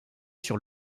sur